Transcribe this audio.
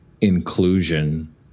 inclusion